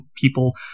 people